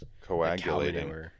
Coagulating